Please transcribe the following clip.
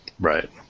Right